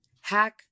Hack